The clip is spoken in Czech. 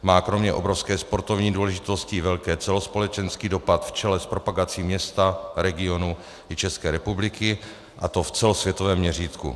Má kromě obrovské sportovní důležitosti velký celospolečenský dopad v čele s propagací města, regionu i České republiky, a to v celosvětovém měřítku.